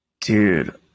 Dude